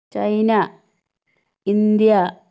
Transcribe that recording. China India